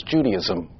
Judaism